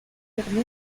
confirmé